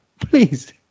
Please